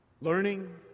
Learning